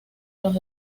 los